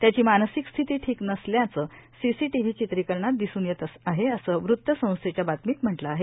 त्याची मानसिक स्थिती ठीक नसल्याचं सीसीटीव्ही चित्रिकरणात दिसून येत आहे असं वृत्तसंस्थेच्या बातमीत म्हटलं आहे